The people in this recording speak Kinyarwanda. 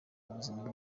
buzima